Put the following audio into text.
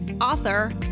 author